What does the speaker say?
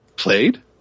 Played